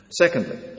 Secondly